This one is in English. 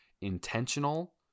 intentional